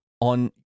on